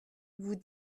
vous